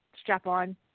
strap-on